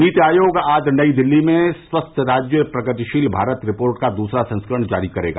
नीति आयोग आज नई दिल्ली में स्वस्थ राज्य प्रगतिशील भारत रिपोर्ट का दूसरा संस्करण जारी करेगा